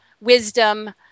wisdom